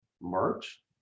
March